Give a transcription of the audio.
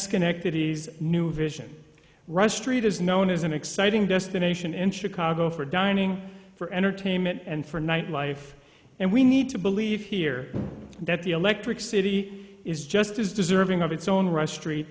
schenectady new vision rush treat is known as an exciting destination in chicago for dining for entertainment and for nightlife and we need to believe here that the electric city is just as deserving of its own right street